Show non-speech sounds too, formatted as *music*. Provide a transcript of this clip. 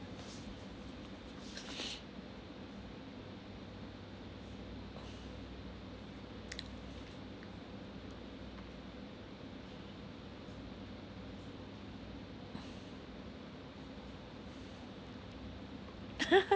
*laughs*